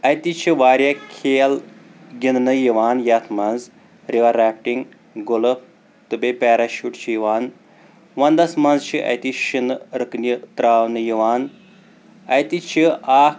اَتہِ چھِ واریاہ کھیل گنٛدنہٕ یِوان یَتھ منٛز رِوَر رافٹنگ گُلہٕ تہٕ بیٚیہِ پیراشوٹ چھِ یِوان وَنٛدس منٛز چھُ اَتہِ شِنہٕ رٔکنہِ تراونہٕ یِوان اَتہِ چھِ اکھ